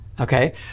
Okay